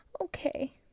okay